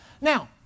Now